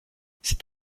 c’est